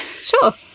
Sure